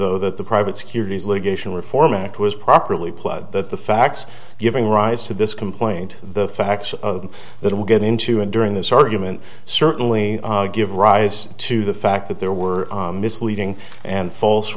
though that the private securities litigation reform act was properly plugged that the facts giving rise to this complaint the facts of that will get into and during this argument certainly give rise to the fact that there were misleading and false